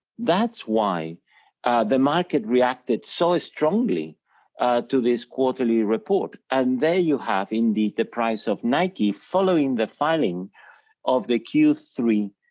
that's why the market reacted so strongly to this quarterly report and there you have indeed the price of nike following the filing of the q three,